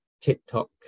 tiktok